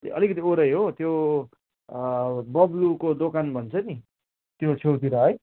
ए अलिकति वरै हो त्यो बब्लुको दोकान भन्छ नि त्यो छेउतिर है